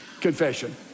Confession